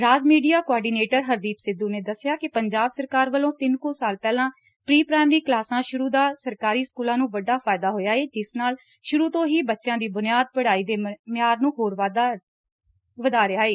ਰਾਜ media coordinator Hardeep Sidhu ਦੱਸਿਆ ਕਿ ਪੰਜਾਬ ਸਰਕਾਰ ਵੱਲੋ ਤਿੰਨ ਕੁ ਸਾਲ ਪਹਿਲਾ ਪ੍ਰੀ ਪ੍ਰਾਇਮਰੀ ਕਲਾਸਾਂ ਸ਼ੁਰੂ ਦਾ ਸਰਕਾਰੀ ਸਕੁਲਾਂ ਨ੍ਰੰ ਵੱਡਾ ਫਾਇਦਾ ਹੋਇਆ ਏ ਇਸ ਨਾਲ ਸ਼ੁਰੂ ਤੋਂ ਹੀ ਬੱਚਿਆਂ ਦੀ ਬੁਨਿਆਦ ਪੜਾਈ ਦੇ ਮਿਆਰ ਨੂੰ ਹੋਰ ਵਧਾ ਰਹੀ ਏ